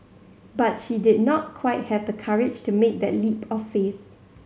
but she did not quite have the courage to make that leap of faith